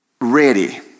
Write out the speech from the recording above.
ready